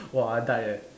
!wah! I die eh